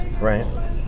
Right